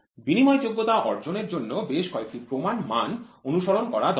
বিনিময়যোগ্যতা অর্জনের জন্য বেশ কয়েকটি প্রমাণ মান অনুসরণ করা দরকার